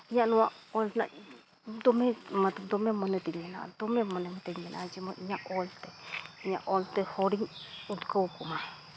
ᱤᱧᱟᱹᱜ ᱱᱚᱣᱟ ᱚᱞ ᱨᱮᱭᱟᱜ ᱫᱚᱢᱮ ᱢᱚᱛᱞᱚᱵᱽ ᱫᱚᱢᱮ ᱢᱚᱱᱮ ᱛᱤᱧ ᱢᱮᱱᱟᱜᱼᱟ ᱫᱚᱢᱮ ᱢᱚᱱᱮᱛᱤᱧ ᱢᱮᱱᱟᱜᱼᱟ ᱡᱮᱢᱚᱱ ᱤᱧᱟᱹᱜ ᱚᱞᱛᱮ ᱤᱧᱟᱹᱜ ᱚᱞᱛᱮ ᱦᱚᱲᱤᱧ ᱩᱫᱽᱜᱟᱹᱣ ᱠᱚᱢᱟ